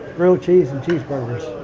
grilled cheese, and cheese burgers.